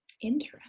Interesting